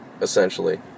essentially